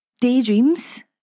Daydreams